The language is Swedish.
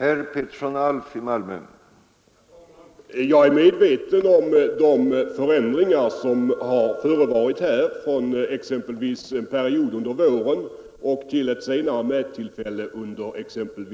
Herr talman! Jag är medveten om den förändring som skedde under våren fram till ett senare undersökningstillfälle under juli.